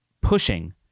pushing